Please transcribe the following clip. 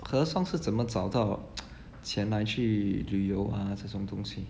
和尚是怎么找到钱来去旅游 ah 这种东西